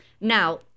now